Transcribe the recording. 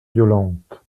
violente